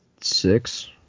six